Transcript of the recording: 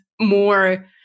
more